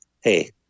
Hey